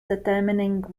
determining